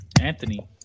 Anthony